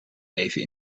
leven